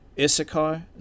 Issachar